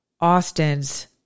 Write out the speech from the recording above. Austin's